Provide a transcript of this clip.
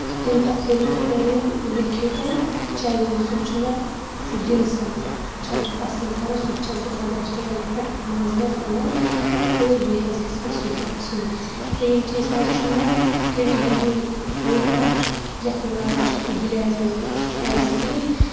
اَمہِ پَتہٕ کٔریو تُہۍ بیٚیہِ لیٚکھِو تُہۍ چینیٖزُک چھُ مےٚ ڈِمسم چھَس بہٕ پسند کران سُہ تہِ چھَس بہٕ تُہنٛدِ ریسٹورنٹ پٮ۪ٹھ منٛزٕ منٛزٕ اَنان تہٕ بیٚیہِ حظ گژھِ مےٚ سُہ تہِ آسُن ترٛیُم چیٖز حظ چھُ مےٚ اِٹلی ہُنٛد فوٚڑ اکھ یَتھ ناو چھُ گِلیٹو سُہ چھُ ایِس کریم